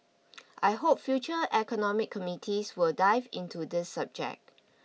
I hope future economic committees will dive into this subject